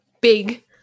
big